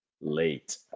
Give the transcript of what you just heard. late